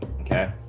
okay